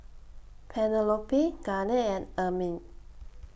Penelope Garnett and Ermine